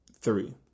three